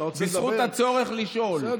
בזכות הצורך לשאול,